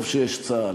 טוב שיש צה"ל,